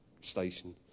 Station